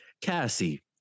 Cassie